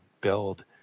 build